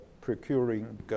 procuring